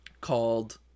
called